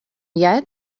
yet